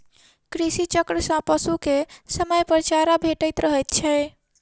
कृषि चक्र सॅ पशु के समयपर चारा भेटैत रहैत छै